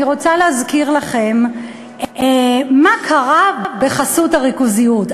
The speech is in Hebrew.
אני רוצה להזכיר לכם מה קרה בחסות הריכוזיות,